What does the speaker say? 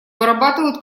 вырабатывают